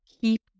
keep